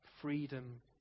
Freedom